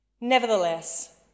Nevertheless